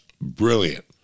brilliant